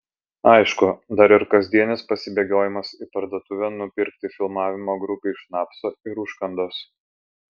aišku dar ir kasdienis pasibėgiojimas į parduotuvę nupirkti filmavimo grupei šnapso ir užkandos